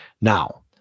Now